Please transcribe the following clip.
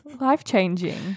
Life-changing